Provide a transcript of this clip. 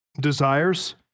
desires